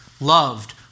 loved